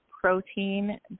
protein